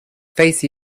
face